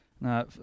No